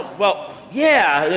well, yeah,